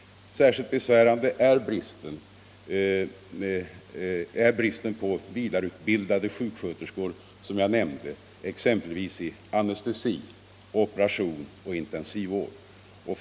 Såsom jag nämnde är bristen på vidareutbildade sjuksköterskor i exempelvis anestesi, operation och intensivvård särskilt besvärande.